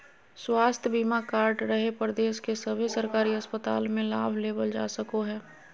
स्वास्थ्य बीमा कार्ड रहे पर देश के सभे सरकारी अस्पताल मे लाभ लेबल जा सको हय